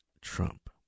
trump